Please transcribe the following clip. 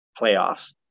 playoffs